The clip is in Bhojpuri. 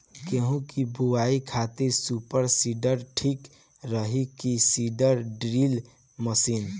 गेहूँ की बोआई खातिर सुपर सीडर ठीक रही की सीड ड्रिल मशीन?